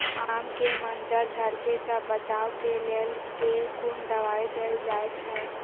आम केँ मंजर झरके सऽ बचाब केँ लेल केँ कुन दवाई देल जाएँ छैय?